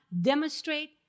demonstrate